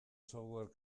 software